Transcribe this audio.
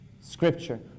Scripture